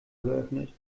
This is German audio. geöffnet